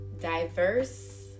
diverse